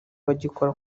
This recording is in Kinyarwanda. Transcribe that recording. bagikora